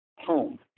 Home